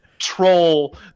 troll